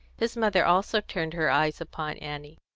his mother also turned her eyes upon annie.